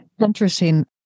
Interesting